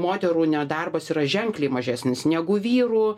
moterų nedarbas yra ženkliai mažesnis negu vyrų